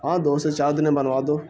ہاں دو سے چار دن میں بنوا دو